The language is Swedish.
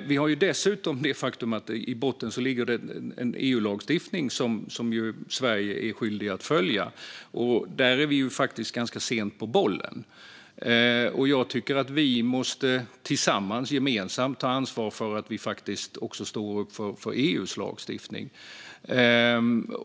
Vi har dessutom det faktum att det i botten ligger EU-lagstiftning som Sverige är skyldigt att följa, och där är vi faktiskt ganska sena på bollen. Jag tycker att vi tillsammans, gemensamt, måste ta ansvar för att stå upp också för EU:s lagstiftning.